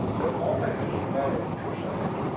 but often it isn't a matter of two sides,